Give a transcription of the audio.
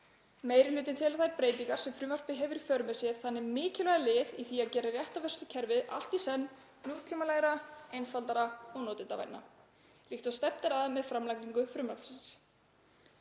Meiri hlutinn telur þær breytingar sem frumvarpið hefur í för með sér þannig mikilvægan lið í því að gera réttarvörslukerfið allt í senn nútímalegra, einfaldara og notendavænna, líkt og stefnt er að með framlagningu frumvarpsins.